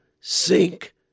sink